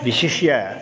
विशिष्य